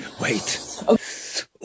Wait